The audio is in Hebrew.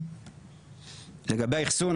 לגבי האחסון,